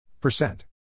Percent